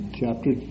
chapter